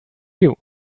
you